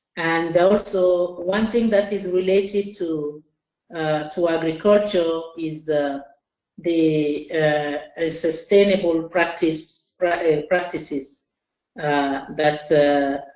and also, one thing that is related to to agriculture is the the ah sustainable practices and practices that